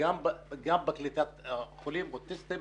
גם בקליטת חולים אוטיסטים